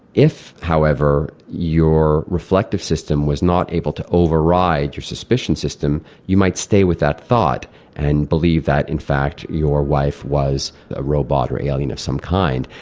if however your reflective system was not able to override your suspicion system, you might stay with that thought and believe that in fact your wife was a robot or alien of some kind.